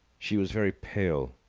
she was very pale.